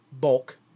bulk